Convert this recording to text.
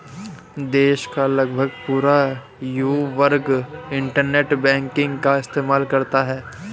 देश का लगभग पूरा युवा वर्ग इन्टरनेट बैंकिंग का इस्तेमाल करता है